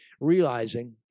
realizing